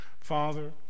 father